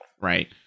Right